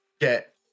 get